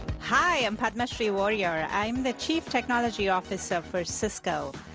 hi, i'm padmasree warrior. i'm the chief technology officer for cisco.